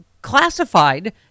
classified